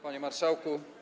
Panie Marszałku!